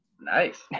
Nice